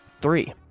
Three